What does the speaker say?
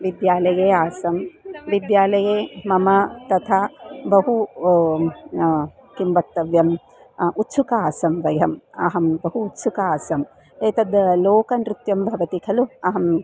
विद्यालये आसं विद्यालये मम तथा बहु किं वक्तव्यम् उत्सुका आसं वयम् अहं बहु उत्सुका आसम् एतद् लोकनृत्यं भवति खलु अहम्